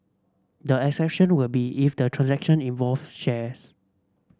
the exception will be if the transaction involved shares